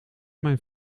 mijn